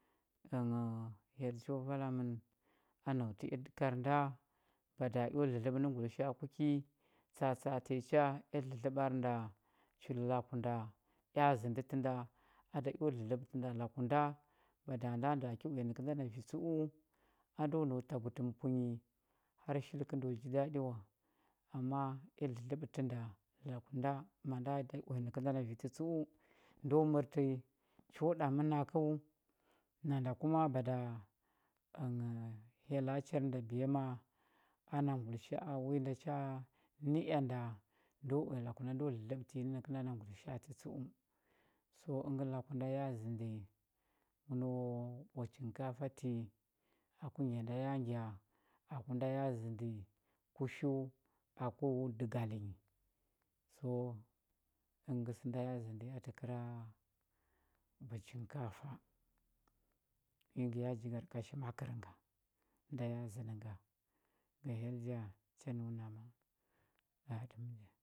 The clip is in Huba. Ənghəu hyell cho vala mən a nau tə ea dəkar nda mada eo dlədləɓə nə ngulisha a ku i tsa atsa a tanyi cha ea dlədləɓar nda chul laku nda ea zəndə ti nda a a eo dlədləbətə nda laku nda mada nda nda ki uya nəkənda na vi tsə u a ndo nau təm ənghəu har shili kəndo ji daɗi wa ama ea dlədləɓətə nda laku nda ma nda da uya nəkənda vi tə tsə u do mərtə cho ɗa mənakəu nanda kuma mada ənghəu hyella char nda biyama na ngulisha a wi da cha nə ea nda ndo uya laku nda ndo dlədləɓətə nyi ə nəkənda na ngulisha a tə tsə so əngə ngə laku nda ya zəndə laku nda məno ɓwa chinkafa ti ku ngya nda ya ngya laku nda ya zəndə kushiu aku dəgal nyi so əngə ngə sə nda ya zəndə a təkəra ɓwa chinkafa wi ngə ya jigar kashi makər nga sə nda zəndə nga ga hyell ja cha nəu na mən aɗəmja,